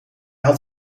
had